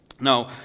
Now